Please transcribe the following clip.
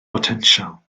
botensial